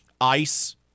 Ice